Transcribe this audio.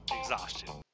exhaustion